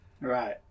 Right